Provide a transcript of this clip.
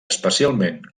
especialment